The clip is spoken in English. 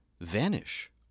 vanish